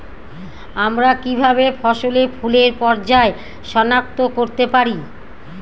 আমরা কিভাবে ফসলে ফুলের পর্যায় সনাক্ত করতে পারি?